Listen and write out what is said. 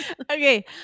Okay